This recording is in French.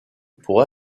pour